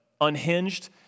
unhinged